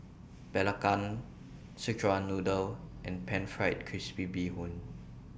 Belacan Szechuan Noodle and Pan Fried Crispy Bee Hoon